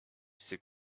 ses